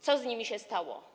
Co z nimi się stało?